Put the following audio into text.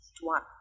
one